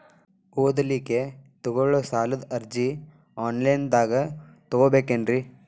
ಓದಲಿಕ್ಕೆ ತಗೊಳ್ಳೋ ಸಾಲದ ಅರ್ಜಿ ಆನ್ಲೈನ್ದಾಗ ತಗೊಬೇಕೇನ್ರಿ?